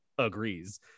agrees